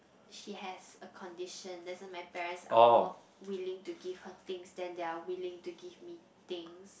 she has a condition that's why my parents are more willing to give her things than they're willing to give me things